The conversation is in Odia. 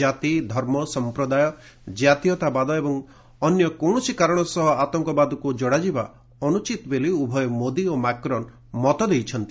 ଜାତି ଧର୍ମ ସମ୍ପ୍ରଦାୟ ଜାତୀୟତାବାଦ ଓ ଅନ୍ୟ କୌଣସି କାରଣ ସହ ଆତଙ୍କବାଦକୁ ଯୋଡାଯିବା ଅନୁଚିତ ବୋଲି ଉଭୟ ମୋଦି ଓ ମାକ୍ରନ ମତ ଦେଇଛନ୍ତି